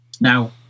Now